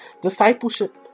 Discipleship